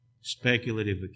speculative